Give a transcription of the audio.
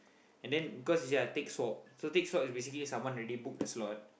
and then cause ya take swap so take swap is basically someone already book the slot